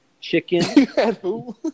chicken